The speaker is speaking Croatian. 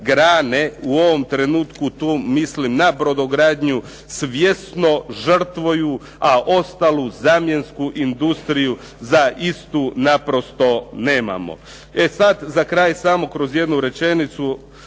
u ovom trenutku tu mislim na brodogradnju svjesno žrtvuju a ostalu zamjensku industriju za istu naprosto nemamo. E sad, za kraj samo kroz jednu rečenicu